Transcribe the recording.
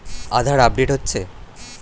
আধার update হচ্ছে?